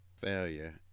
Failure